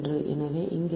எனவே இங்கிருந்து இங்கே 0